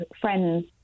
friends